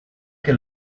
que